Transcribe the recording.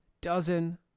dozen